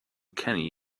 kenny